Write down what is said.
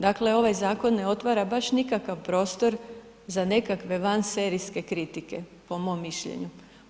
Dakle, ovaj zakon ne otvara baš nikakav prostor za nekakve van serijske kritike po mom mišljenju.